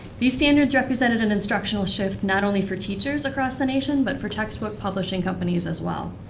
these standards represented an instructional shift not only for teachers across the nation, but for textbook publishing companies as well.